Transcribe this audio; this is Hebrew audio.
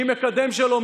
מי מקדם שלום,